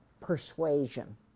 persuasion